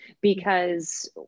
because-